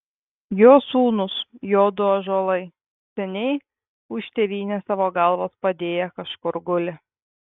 jo sūnūs jo du ąžuolai seniai už tėvynę savo galvas padėję kažkur guli